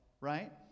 right